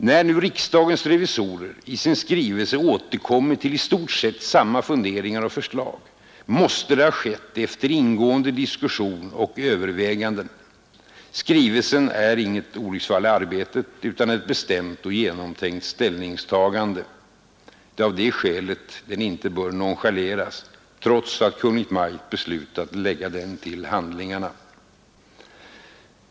När nu riksdagens revisorer i sin skrivelse återkommer till i stort sett samma funderingar och förslag, måste det ha skett efter ingående diskussion och överväganden. Skrivelsen är inget olycksfall i arbetet utan ett bestämt och genomtänkt ställningstagande. Det är av det skälet den inte bör nonchaleras — trots Kungl. Maj:ts beslut att lägga den till handlingarna.